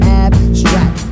abstract